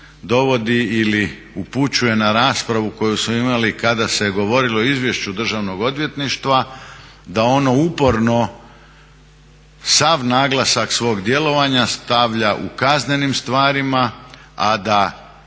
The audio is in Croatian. dovodi ili upućuje na raspravu koju smo imali kada se govorilo o izvješću Državnog odvjetništva da ono uporno sav naglasak svog djelovanja stavlja u kaznenim stvarima, a da